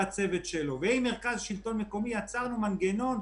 והצוות שלו ועם מרכז השלטון המקומי יצרנו מנגנון,